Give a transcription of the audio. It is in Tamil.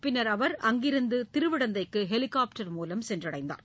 பின்னர் அவர் அங்கிருந்துதிருவிடந்தைக்குஹெலிகாப்டர் மூலம் சென்றார்